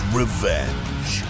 revenge